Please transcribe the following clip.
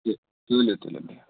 تہٕ تُلِو تُلِو بِہِو